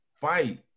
fight